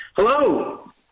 Hello